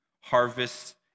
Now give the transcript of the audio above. harvests